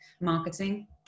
marketing